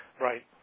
Right